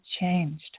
changed